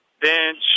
bench